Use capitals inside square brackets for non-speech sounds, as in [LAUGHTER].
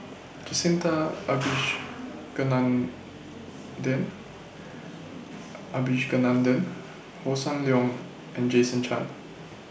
Jacintha [NOISE] Abisheganaden Abisheganaden Hossan Leong and Jason Chan